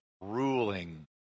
ruling